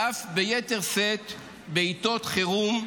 ואף ביתר שאת בעיתות חירום,